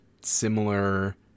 similar